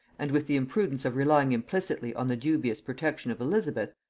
and with the imprudence of relying implicitly on the dubious protection of elizabeth,